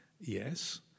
yes